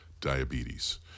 Diabetes